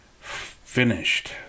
finished